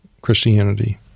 Christianity